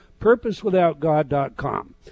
PurposeWithoutGod.com